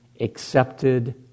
accepted